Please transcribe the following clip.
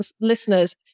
listeners